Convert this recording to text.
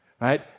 right